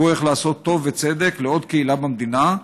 איך לעשות טוב וצדק לעוד קהילה במדינה,